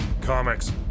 comics